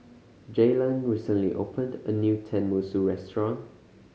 Jalen recently opened a new Tenmusu Restaurant